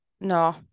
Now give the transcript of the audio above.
no